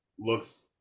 Looks